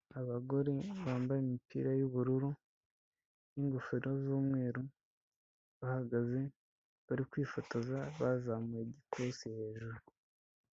Abagore bambaye imipira y'ubururu, n'ingofero z'umweru, bahagaze, bari kwifotoza, bazamuye igipfunsi hejuru.